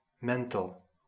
mental